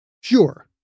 Sure